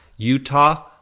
Utah